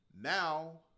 Now